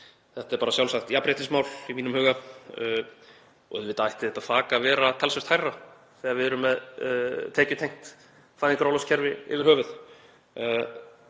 Þetta er sjálfsagt jafnréttismál í mínum huga. Auðvitað ætti þetta þak að vera talsvert hærra þegar við erum með tekjutengt fæðingarorlofskerfi yfir höfuð,